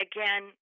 Again